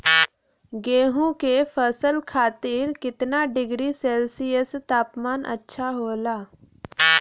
गेहूँ के फसल खातीर कितना डिग्री सेल्सीयस तापमान अच्छा होला?